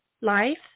life